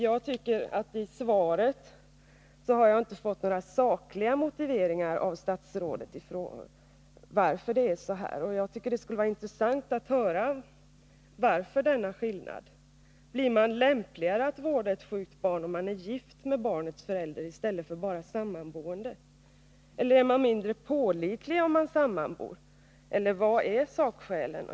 Jag tycker att jag inte i svaret har fått några sakliga motiveringar av statsrådet till att det är så här. Det skulle vara intressant att höra varför denna skillnad finns. Blir man lämpligare att vårda ett sjukt barn om man är gift med barnets förälder i stället för bara sammanboende? Eller är man mindre pålitlig om man sammanbor? Vilka är sakskälen?